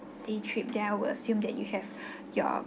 day trip then I will assume that you have your